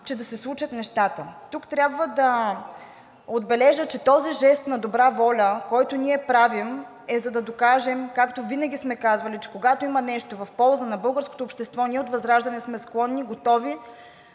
че да се случат нещата. Тук трябва да отбележа, че този жест на добра воля, който ние правим, е, за да докажем, както винаги сме казвали, че когато има нещо в полза на българското общество, ние от ВЪЗРАЖДАНЕ сме склонни, готови